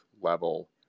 level